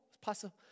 possible